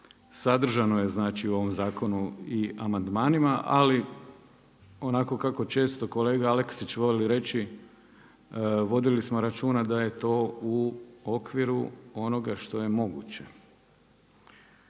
sadržano je znači i u ovom zakonu amandmanima, ali onako kako često kolega Aleksić voli reći, vodili smo računa da je to u okviru onoga što je moguće.